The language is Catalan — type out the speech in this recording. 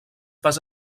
pas